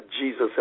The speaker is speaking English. Jesus